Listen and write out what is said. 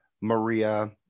Maria